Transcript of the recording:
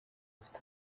afite